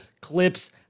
clips